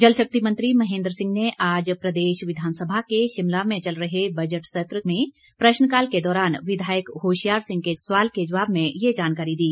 जल शक्ति मंत्री महेन्द्र सिंह ने आज प्रदेश विधानसभा के शिमला में चल रहे बजट का प्रश्नकाल के दौरान विधायक होशियार सिंह के सवाल के जवाब में ये जानकारी दी